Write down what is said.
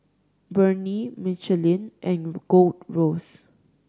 Burnie Michelin and Gold Roast